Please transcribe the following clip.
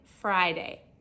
Friday